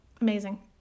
amazing